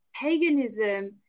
paganism